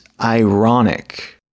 ironic